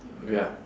ya